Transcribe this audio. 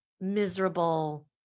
miserable